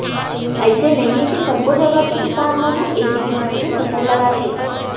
अइसे नइ हे के सब्बो जघा के किसान मन ह एके किसम के फसल लगाथे